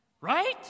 Right